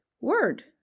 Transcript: word